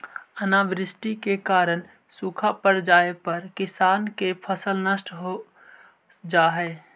अनावृष्टि के कारण सूखा पड़ जाए पर किसान के फसल नष्ट हो जा हइ